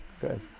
Good